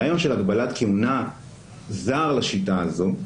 הרעיון של הגבלת כהונה זר לשיטה הזו,